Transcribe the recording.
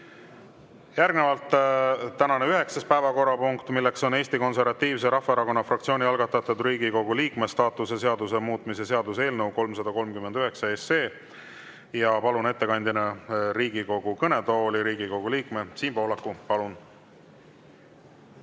Järgnevalt tänane üheksas päevakorrapunkt, Eesti Konservatiivse Rahvaerakonna fraktsiooni algatatud Riigikogu liikme staatuse seaduse muutmise seaduse eelnõu 339. Palun ettekandjana Riigikogu kõnetooli Riigikogu liikme Siim Pohlaku. Palun!